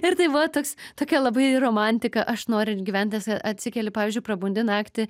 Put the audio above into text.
ir tai buvo toks tokia labai romantika aš noriu gyventi nes atsikeli pavyzdžiui prabundi naktį